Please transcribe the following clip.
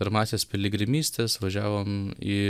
pirmąsias piligrimystes važiavom į